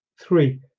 three